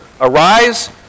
Arise